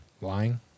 Lying